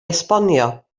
esbonio